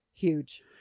huge